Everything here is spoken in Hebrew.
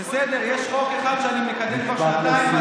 אחד שאני מקדם כבר שנתיים,